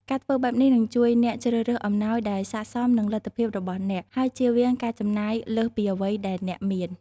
ការធ្វើបែបនេះនឹងជួយអ្នកជ្រើសរើសអំណោយដែលស័ក្តិសមនឹងលទ្ធភាពរបស់អ្នក ហើយជៀសវាងការចំណាយលើសពីអ្វីដែលអ្នកមាន។